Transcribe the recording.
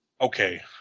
okay